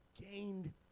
gained